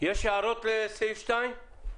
הערות לסעיף 2?